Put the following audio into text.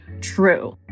true